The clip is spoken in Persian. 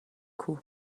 کوه